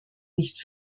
nicht